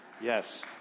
Yes